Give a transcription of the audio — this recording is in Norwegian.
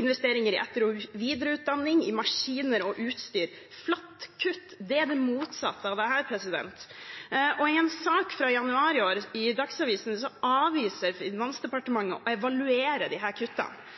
investeringer i etter- og videreutdanning, i maskiner og utstyr. Flatt kutt er det motsatte av dette. I en sak fra januar i år i Dagsavisen avviser Finansdepartementet å evaluere disse kuttene, men det varsles at de